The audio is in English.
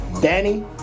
Danny